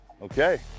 Okay